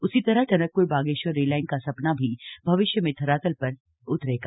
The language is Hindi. उसी तरह टनकपुर बागेश्वर रेल लाइन का सपना भी भविष्य में धरातल पर उतरेगा